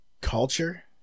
culture